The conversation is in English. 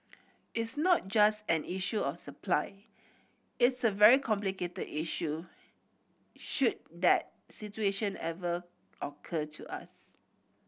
it's not just an issue of supply it's a very complicated issue should that situation ever occur to us